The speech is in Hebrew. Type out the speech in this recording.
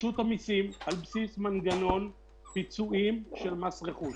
רשות המיסים על בסיס מנגנון פיצויים של מס רכוש.